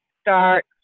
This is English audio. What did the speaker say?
start